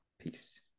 peace